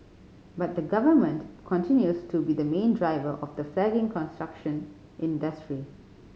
but the Government continues to be the main driver of the flagging construction industry